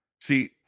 See